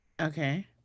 Okay